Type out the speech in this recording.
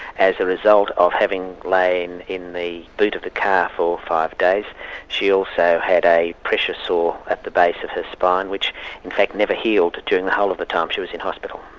as the result of having lain in the boot of the car for five days she also had a pressure sore at the base of her spine which in fact never healed during the whole of the time she was in hospital.